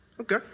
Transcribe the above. Okay